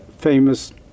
famous